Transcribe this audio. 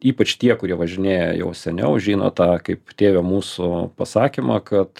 ypač tie kurie važinėja jau seniau žino tą kaip tėve mūsų pasakymą kad